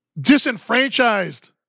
disenfranchised